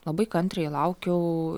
labai kantriai laukiau